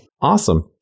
Awesome